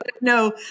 no